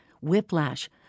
whiplash